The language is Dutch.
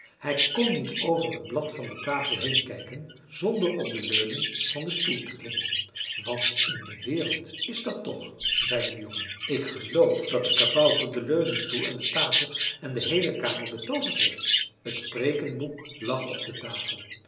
hij kon niet over het blad van de tafel heen kijken zonder op de leuning van den stoel te klimmen wat in de wereld is dat toch zei de jongen ik geloof dat de kabouter den leuningstoel en de tafel en de heele kamer betooverd heeft t preekenboek lag op de tafel